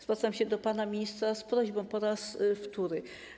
Zwracam się do pana ministra z prośbą po raz wtóry.